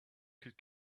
could